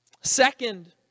Second